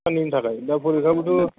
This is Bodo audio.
साननैनि थाखाय दा फरिखाखौथ'